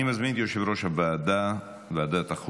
אני מזמין את יושב-ראש ועדת החוקה,